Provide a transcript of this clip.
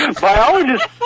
biologists